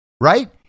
right